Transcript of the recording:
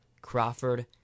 Crawford